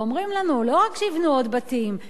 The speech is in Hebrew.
ואומרים לנו שלא רק שיבנו עוד בתים,